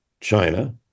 China